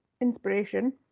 inspiration